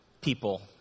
people